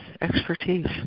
expertise